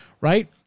right